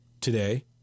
today